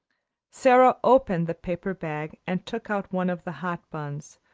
sara opened the paper bag and took out one of the hot buns,